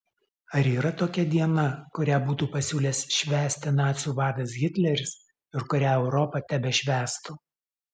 ar yra tokia diena kurią būtų pasiūlęs švęsti nacių vadas hitleris ir kurią europa tebešvęstų